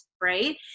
right